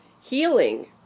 healing